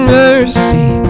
mercy